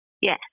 Yes